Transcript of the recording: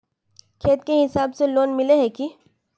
खेत के हिसाब से लोन मिले है की?